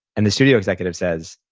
and the studio executive says,